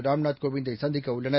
Ram Nath Kovind ஐ சந்திக்கஉள்ளனர்